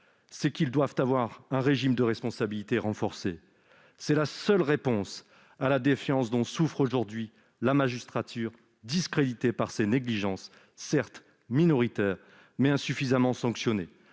est qu'ils doivent avoir un régime de responsabilité renforcée. C'est la seule réponse à la défiance dont souffre aujourd'hui la magistrature, discréditée par ces négligences, certes minoritaires, mais insuffisamment sanctionnées.